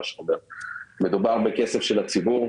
מדובר בכסף של הציבור.